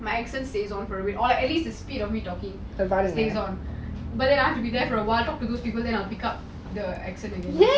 my accent stays one or at least the speed of me talking about the same but I have to be there for a while talk to those people then I'll pick up the accent